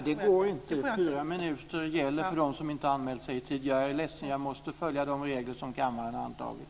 Det går inte. Fyra minuter gäller för dem som inte har anmält sig i tid. Jag är ledsen, men jag måste följa de regler som kammaren antagit.